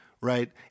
right